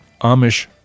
Amish